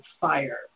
fire